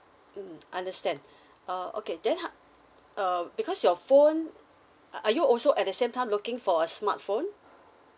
mm understand uh okay then ho~ uh because your phone uh are you also at the same time looking for a smartphone